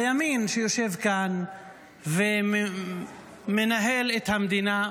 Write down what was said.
הימין שיושב כאן ומנהל את המדינה,